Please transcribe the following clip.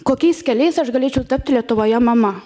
kokiais keliais aš galėčiau tapti lietuvoje mama